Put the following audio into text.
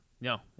No